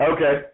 Okay